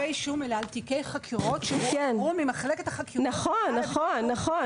יהיו סמכויות אחרות, אני אוכל לפעול אחרת.